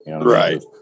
Right